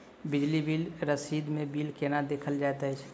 बिजली बिल रसीद मे बिल केना देखल जाइत अछि?